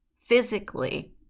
physically